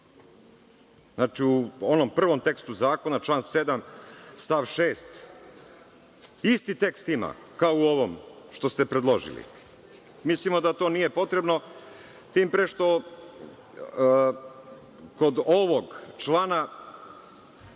Znači, u onom prvom tekstu zakona član 7. stav 6. isti tekst ima kao u ovom što ste predložili. Mislimo da to nije potrebno, tim pre što kod ovog člana